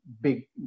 big